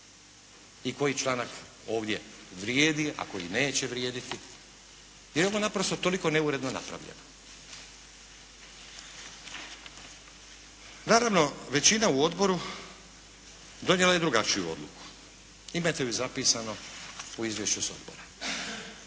i koji članak ovdje vrijedi a koji neće vrijediti, jer je ovo naprosto toliko neuredno napravljeno. Naravno, većina u Odboru donijela je drugačiju odluku. Imate ju zapisano u izvješću s Odbora,